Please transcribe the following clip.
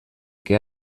que